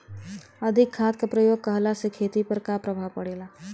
अधिक खाद क प्रयोग कहला से खेती पर का प्रभाव पड़ेला?